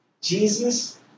Jesus